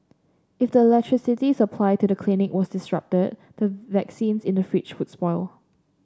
if the electricity supply to the clinic was disrupted the vaccines in the fridge would spoil